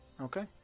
Okay